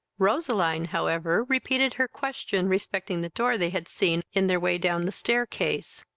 roseline however repeated her question respecting the door they had seen in their way down the staircase.